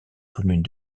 communes